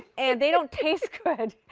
and they don't taste good.